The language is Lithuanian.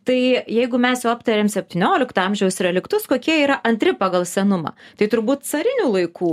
tai jeigu mes jau aptarėm septyniolikto amžiaus reliktus kokie yra antri pagal senumą tai turbūt carinių laikų